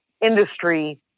industry